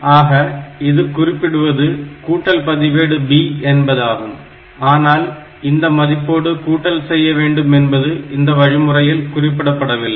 ஆக இது குறிப்பிடுவது கூட்டல் பதிவேடு B என்பதாகும் ஆனால் இந்த மதிப்போடு கூட்டல் செய்ய வேண்டும் என்பது இந்த வழிமுறையில் குறிப்பிடபடவில்லை